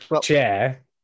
chair